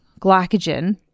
glycogen